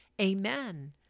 Amen